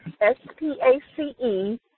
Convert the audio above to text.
S-P-A-C-E